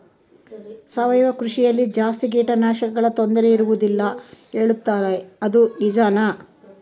ಸಾವಯವ ಕೃಷಿಯಲ್ಲಿ ಜಾಸ್ತಿ ಕೇಟನಾಶಕಗಳ ತೊಂದರೆ ಇರುವದಿಲ್ಲ ಹೇಳುತ್ತಾರೆ ಅದು ನಿಜಾನಾ?